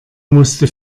musste